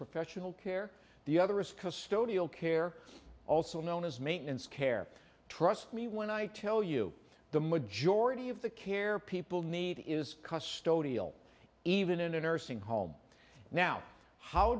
professional care the other risk a studio care also known as maintenance care trust me when i tell you the majority of the care people need is even in a nursing home now how